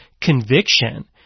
conviction